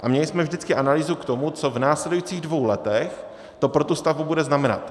A měli jsme vždycky analýzu k tomu, co v následujících dvou letech to pro tu stavbu bude znamenat.